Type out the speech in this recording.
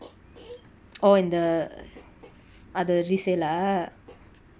oh இந்த அது:intha athu resale ah